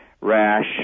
rash